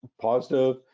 positive